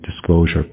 disclosure